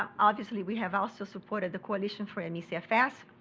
obviously we have also supported the coalition for and me cfs.